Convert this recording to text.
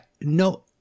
No